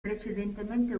precedentemente